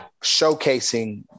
showcasing